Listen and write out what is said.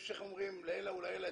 יש לעילא ולעילא,